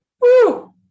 Woo